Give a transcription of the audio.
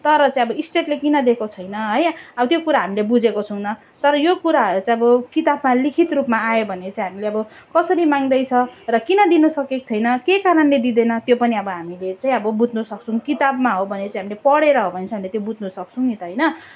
तर चाहिँ अब इस्टेटले किन दिएको छैन है अब त्यो कुरा हामीले बुझेको छैनौँ तर यो कुराहरू चाहिँ अब किताबमा लिखित रूपमा आयो भने चाहिँ हामीले अब कसरी माग्दैछ र किन दिनु सकेको छैन के कारणले दिँदैन त्यो पनि अब हामीले चाहिँ अब बुझ्नु सक्छौँ किताबमा हो भने चाहिँ हामीले पढेर हो भने चाहिँ हामीले त्यो बुझ्नु सक्छौँ नि त होइन